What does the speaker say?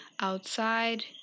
outside